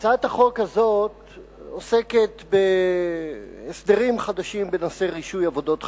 הצעת החוק הזאת עוסקת בהסדרים חדשים בנושא רישוי עבודות חשמל.